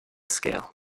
scale